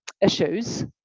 issues